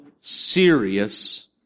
serious